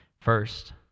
First